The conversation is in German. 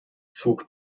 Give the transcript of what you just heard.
zog